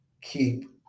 keep